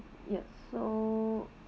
yes so